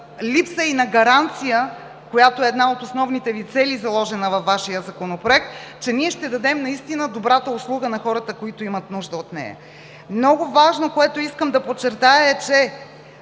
липса и на гаранция, която е една от основните Ви цели, заложена във Вашия Законопроект, че ще дадем наистина добрата услуга на хората, които имат нужда от нея. Много важно, което искам да подчертая, е, че